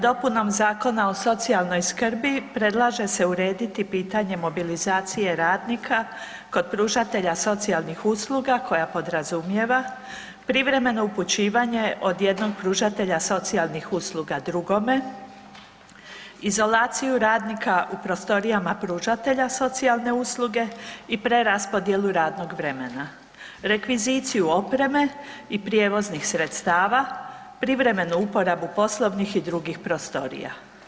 Dopunom Zakona o socijalnoj skrbi predlaže se urediti pitanje mobilizacije radnika kod pružatelja socijalnih usluga koja podrazumijeva privremeno upućivanje od jednog pružatelja socijalnih usluga drugome, izolaciju radnika u prostorijama pružatelja socijalne usluge i preraspodjelu radnog vremena, rekviziciju opreme i prijevoznih sredstava, privremenu uporabu poslovnih i drugih prostorija.